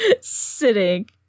Sitting